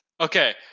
Okay